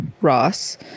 Ross